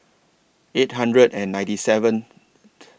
eight hundred and ninety seventh